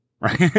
Right